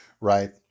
Right